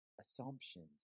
assumptions